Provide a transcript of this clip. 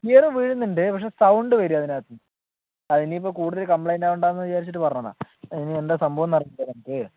gear വീഴുന്നുണ്ട് പക്ഷെ sound വരുവാണ് അതിനകത്തു നിന്ന് അതിനിയിപ്പോൾ കൂടുതൽ കംപ്ലയിന്റ് ആവണ്ടാന്ന് വിചാരിച്ചിട്ട് പറഞ്ഞതാണ് ഇനിയെന്താ സംഭവം എന്നറിയില്ല